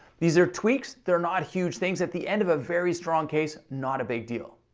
these are tweaks, they're not huge things at the end of a very strong case, not a big deal.